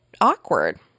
awkward